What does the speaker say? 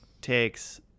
takes